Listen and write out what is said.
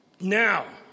Now